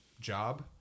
job